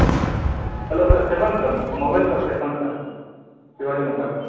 hello sir చెప్పండి sir mobile shop చెప్పండి sir Shivaji mobile